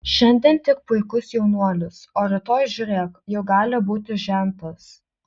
šiandien tik puikus jaunuolis o rytoj žiūrėk jau gali būti žentas